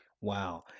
Wow